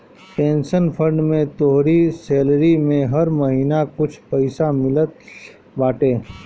pension fund में तोहरी salary से हर महिना कुछ पईसा मिलत बाटे